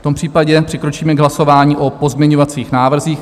V tom případě přikročíme k hlasování o pozměňovacích návrzích .